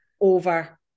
over